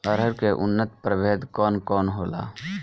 अरहर के उन्नत प्रभेद कौन कौनहोला?